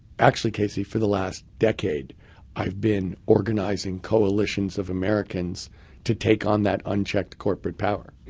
actually casey, for the last decade i've been organizing coalitions of americans to take on that unchecked corporate power.